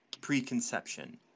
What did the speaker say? preconception